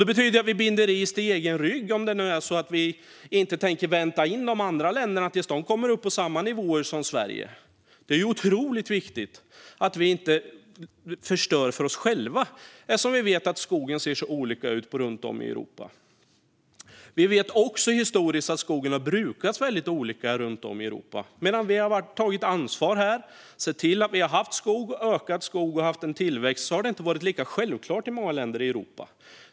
Det betyder att vi binder ris åt egen rygg om vi inte tänker vänta in de andra länderna tills de kommer upp på samma nivåer som Sverige. Det är otroligt viktigt att vi inte förstör för oss själva, eftersom vi vet att skogen ser så olika ut runt om i Europa. Vi vet också historiskt att skogen har brukats väldigt olika runt om i Europa. Medan vi har tagit ansvar här, sett till att vi har haft skog, ökat skogen och haft en tillväxt har det inte varit lika självklart i många länder i Europa.